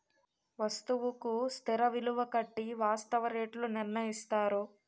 వస్తువుకు స్థిర విలువ కట్టి వాస్తవ రేట్లు నిర్ణయిస్తారు